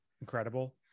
incredible